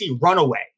runaway